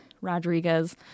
Rodriguez